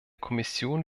kommission